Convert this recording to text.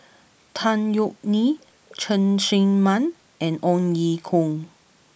Tan Yeok Nee Cheng Tsang Man and Ong Ye Kung